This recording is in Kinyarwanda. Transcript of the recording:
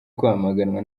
kwamaganwa